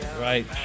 Right